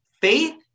Faith